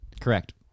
correct